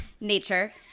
Nature